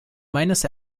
meines